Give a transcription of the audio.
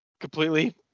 completely